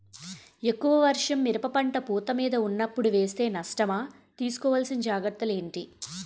ఎక్కువ వర్షం మిరప పంట పూత మీద వున్నపుడు వేస్తే నష్టమా? తీస్కో వలసిన జాగ్రత్తలు ఏంటి?